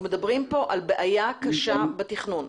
אנחנו מדברים כאן על בעיה קשה בתכנון.